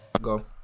Go